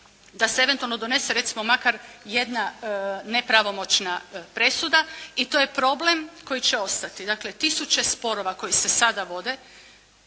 da se eventualno donese recimo makar jedna nepravomoćna presuda i to je problem koji će ostati. Dakle tisuće sporova koji se sada vode,